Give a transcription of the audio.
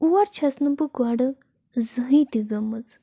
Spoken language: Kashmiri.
اور چھَس نہٕ بہٕ گۄڈٕ زٕہٕے تہِ گٔمٕژ